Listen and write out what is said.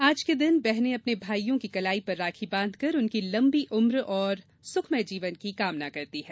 आज के दिन बहनें अपने भाईयों की कलाई पर राखी बांधकर उनकी लंबी उम्र और सुखमय जीवन की कामना करती है